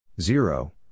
Zero